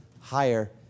higher